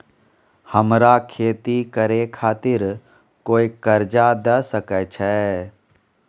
हमरा खेती करे खातिर कोय कर्जा द सकय छै?